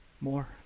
more